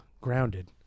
grounded